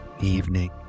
evening